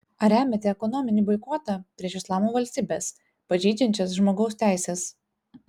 ar remiate ekonominį boikotą prieš islamo valstybes pažeidžiančias žmogaus teises